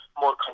more